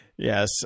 Yes